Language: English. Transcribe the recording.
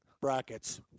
Brackets